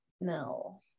no